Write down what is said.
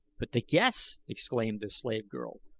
but the guests! exclaimed the slave girl.